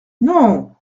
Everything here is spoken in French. non